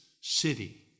city